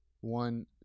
One